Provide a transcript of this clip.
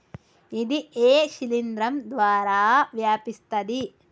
ఇది ఏ శిలింద్రం ద్వారా వ్యాపిస్తది?